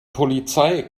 polizei